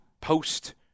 post